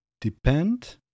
depend